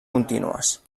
contínues